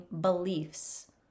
beliefs